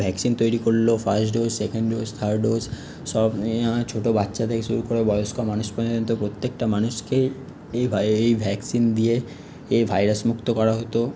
vaccine তৈরি করলো first dose second dose third dose সব ছোটো বাচ্চা থেকে শুরু করে বয়স্ক মানুষ পর্যন্ত প্রত্যেকটা মানুষকেই এই এই ভ্যাকসিন দিয়ে এ ভাইরাস মুক্ত করা হতো